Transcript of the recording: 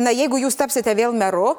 na jeigu jūs tapsite vėl meru